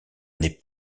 n’est